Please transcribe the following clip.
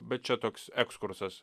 bet čia toks ekskursas